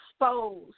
exposed